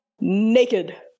naked